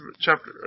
chapter